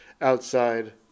outside